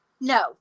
No